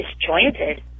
disjointed